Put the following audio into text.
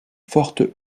forte